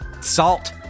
Salt